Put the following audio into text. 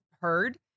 heard